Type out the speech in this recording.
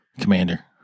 Commander